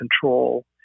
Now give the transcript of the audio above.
control